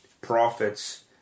prophets